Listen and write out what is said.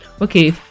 okay